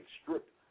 stripped